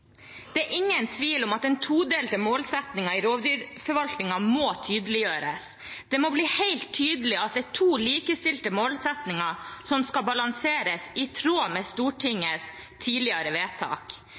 Det er ingen tvil om at den todelte målsettingen i rovdyrforvaltningen må tydeliggjøres. Det må bli helt tydelig at det er to likestilte målsettinger som skal balanseres i tråd med